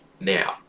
now